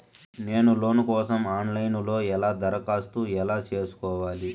నేను లోను కోసం online లో ఎలా దరఖాస్తు ఎలా సేసుకోవాలి?